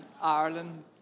Ireland